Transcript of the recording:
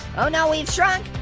oh no we've shrunk.